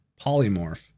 Polymorph